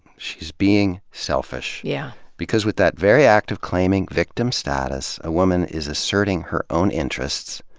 she's being selfish. yeah because with that very act of claiming victim status, a woman is asserting her own interests,